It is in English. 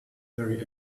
very